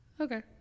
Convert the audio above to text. Okay